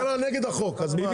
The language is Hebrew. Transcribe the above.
משרד הכלכלה נגד החוק, אז מה?